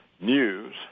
news